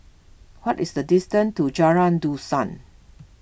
what is the distance to Jalan Dusun